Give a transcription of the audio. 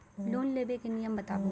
Loan लेबे के नियम बताबू?